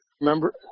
Remember